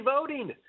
voting